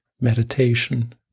meditation